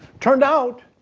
turned out